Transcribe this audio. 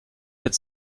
mit